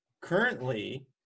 currently